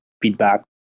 feedback